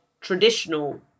traditional